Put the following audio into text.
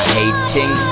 hating